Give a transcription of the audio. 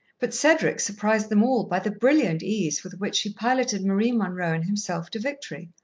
but cedric surprised them all by the brilliant ease with which he piloted marie munroe and himself to victory.